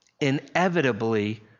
inevitably